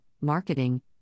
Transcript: marketing